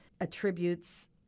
attributes